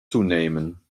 toenemen